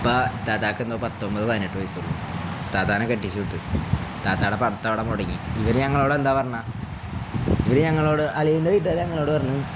ഇപ്പ തതാക്കന്തോ പത്തൊമ്പത് പതിനെട്ട് വയസ്സള്ളൂ താതാനം കെട്ടിിച്ച വിട്ട് താതാടെ പടത്തവിടം പൊടങ്ങി ഇവര് ഞങ്ങളോട് എന്താ പറഞ്ഞാ ഇവര് ഞങ്ങളോട് അല്ലെിൻ്റെ വീട്ടുകാല ഞങ്ങളോട് പറഞ്ഞു